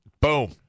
boom